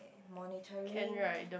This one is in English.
monitoring